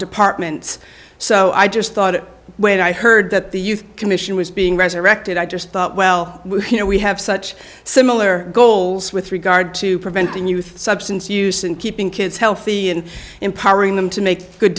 departments so i just thought when i heard that the youth commission was being resurrected i just thought well you know we have such similar goals with regard to preventing youth substance use and keeping kids healthy and empowering them to make good